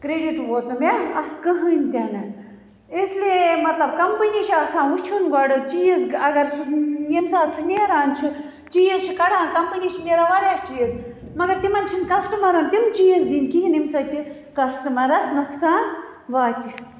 credit ووٚت نہٕ مےٚ اتھ کٕہیٖنٛۍ تہِ نہٕ اِسلیے مَطلَب کمپٔنی چھ آسان وُچھُن گۄڈٕ چیٖز اگر سُہ ییٚمہِ ساتہٕ سُہ نیران چھُ چیٖز چھُ کَڈان کمپٔنی چھِ نیران واریاہ چیٖز مگر تِمَن چھِنہٕ کَسٹَمَرَن تِم چیٖز دِنۍ کِہیٖنٛۍ ییٚمہِ سۭتۍ یہِ کَسٹَمَرَس نوٚقصان واتہِ